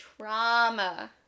trauma